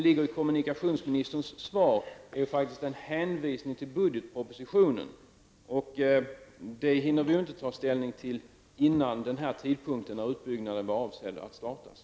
I kommunikationsministerns svar ligger faktiskt en hänvisning till budgetpropositionen. Den hinner vi ju inte ta ställning till före den tidpunkt då utbyggnaden var avsedd att påbörjas.